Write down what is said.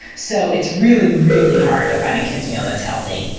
so it's really, really hard to find a kid's meal that's healthy.